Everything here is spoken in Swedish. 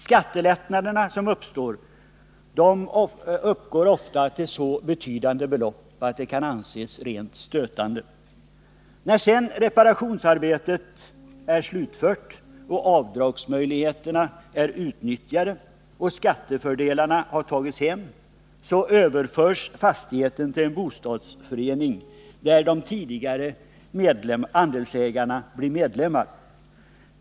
Skattelättnaderna uppgår ofta till så betydande belopp att de kan anses som rent stötande. När sedan reparationsarbetet är slutfört, avdragsmöjligheterna är utnyttjade och skattefördelarna tagits hem så överförs fastigheten till en bostadsförening, där de tidigare andelsägarna blir medlemmar.